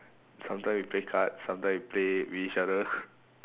sometimes we play cards sometimes we play with each other